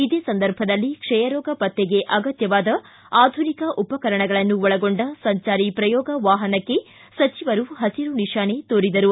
ಇದೇ ಸಂದರ್ಭದಲ್ಲಿ ಕ್ವಯರೋಗ ಪತ್ತೆಗೆ ಅಗತ್ವವಾದ ಆಧುನಿಕ ಉಪಕರಣಗಳನ್ನು ಒಳಗೊಂಡ ಸಂಚಾರಿ ಪ್ರಯೋಗ ವಾಹನಕ್ಕೆ ಸಚಿವರು ಹಸಿರು ನಿಶಾನೆ ತೋರಿದರು